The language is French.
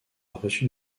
reçu